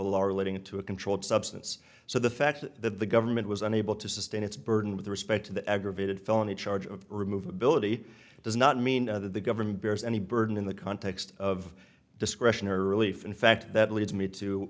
relating to a controlled substance so the fact that the government was unable to sustain its burden with respect to the aggravated felony charge of remove ability does not mean that the government bears any burden in the context of discretion or relief in fact that leads me to